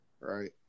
right